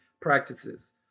practices